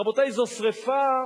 רבותי, זו שרפה,